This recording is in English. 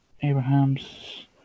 Abraham's